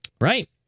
Right